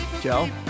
Joe